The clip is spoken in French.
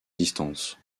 distance